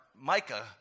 Micah